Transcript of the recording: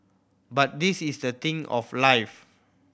but this is the thing of life